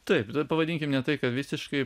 taip pavadinkim ne tai ką visiškai